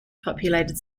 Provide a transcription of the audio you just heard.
populated